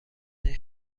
این